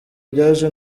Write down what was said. byaje